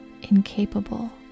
incapable